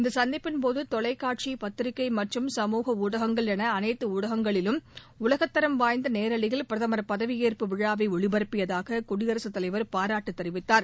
இந்த சந்திப்பின்போது தொலைக்காட்சி பத்திரிகை மற்றம் சமூக ஊடகங்கள் என அனைத்து ஊடகங்களிலும் உலகத்தரம் வாய்ந்த நேரையில் பிரதமர் பதவியேற்பு விழாவை ஒளிபரப்பியதற்காக குடியரசுத் தலைவர் பாராட்டுத் தெரிவித்தார்